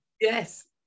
Yes